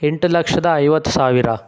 ಎಂಟು ಲಕ್ಷದ ಐವತ್ತು ಸಾವಿರ